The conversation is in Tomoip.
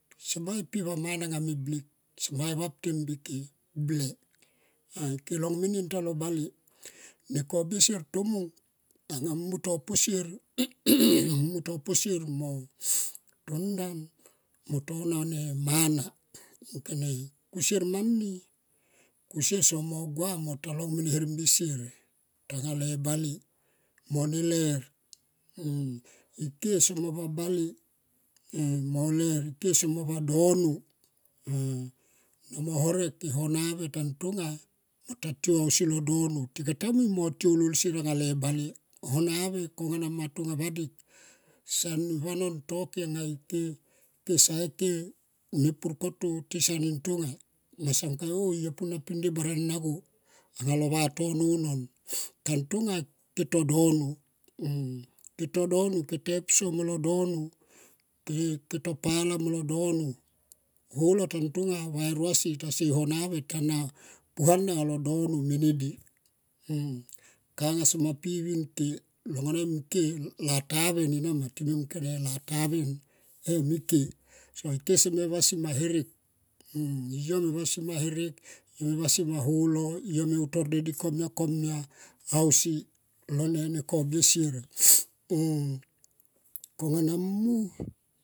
Sama i pi va mana nga me blik sama i vapte mbike ble ah ike long menien talo bale nekobie sier tomung anga mu to posier mu to posier mo to ndan mo to na ne mana munkone kusier mani. Kusie somo gua mo ta long mo e herbi sier tale bale mo ne ier ike somo va dono mo horek e homa ve tan tonga mo ta tiou tansi lo donotika ta mui mo tion loi sier le bale. Honave konga na ma tonga vadik son vanon toke anga ike sae ke mepur koto tisan nin tonga tii sang mung kone oh yo puna pindie baranga go anga io vatono non titan longa ke to olono, ke to to dono holo ta tonga va e rosi taso e hora ve ta na punana anga lo dono mene di kanga pi vin ke long wanen lataven enama ike lataven emike so ike seme vasi ma herek moyo me vasi ma herek yo me vasi ma holo yo me utor dedi komia komia ausi lone kobie sier kongana mu.